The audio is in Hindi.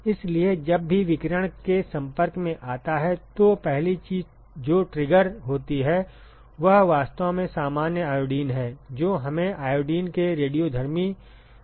इसलिए जब भी विकिरण के संपर्क में आता है तो पहली चीज जो ट्रिगर होती है वह वास्तव में सामान्य आयोडीन है जो हमें आयोडीन के रेडियोधर्मी रूप में परिवर्तित कर देती है